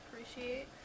appreciate